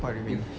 what do you mean